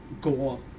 gore